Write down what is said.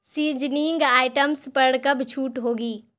seasoning items پر کب چھوٹ ہوگی